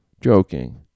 joking